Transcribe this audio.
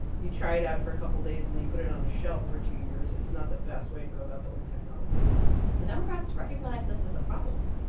you try it out for a couple days and you put it on a shelf for two years. it's not the best way to go about building technology the democrats recognize this as a problem.